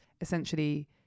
essentially